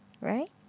right